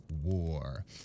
war